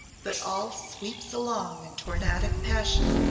but all sweeps along in tornadic passion.